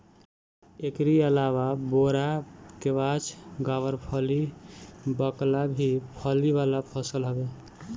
एकरी अलावा बोड़ा, केवाछ, गावरफली, बकला भी फली वाला फसल हवे